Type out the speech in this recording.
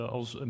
als